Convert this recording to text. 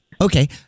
Okay